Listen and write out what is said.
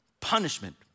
punishment